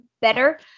better